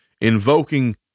invoking